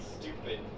stupid